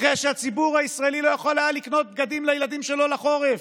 אחרי שהציבור הישראלי לא יכול היה לקנות בגדים לילדים שלו לחורף,